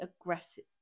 aggressive